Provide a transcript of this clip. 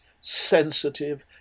sensitive